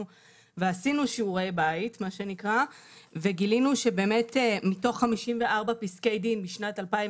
ועשינו שיעורי בית וגילינו שמתוך 54 פסקי דין בשנת 2006